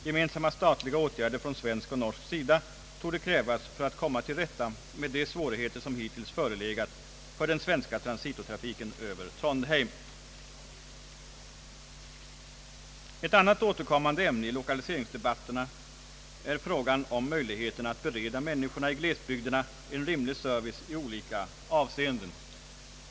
Gemensamma statliga åtgärder från svensk och norsk sida torde krävas för att komma till rätta med de svårigheter som hittills förelegat för den svenska transitotrafiken över Trondheim. Ett annat återkommande ämne i lokaliseringsdebatterna är frågan om möjligheterna att bereda människorna i glesbygderna en rimlig service i olika avseenden.